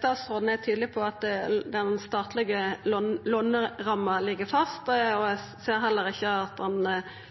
Statsråden er tydeleg på at den statlege låneramma ligg fast. Eg ser heller ikkje at